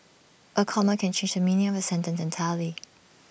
A comma can change meaning A sentence entirely